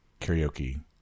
karaoke